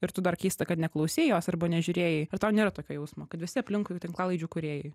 ir tu dar keista kad neklausei jos arba nežiūrėjai ar tau nėra tokio jausmo kad visi aplinkui tinklalaidžių kūrėjai